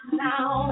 now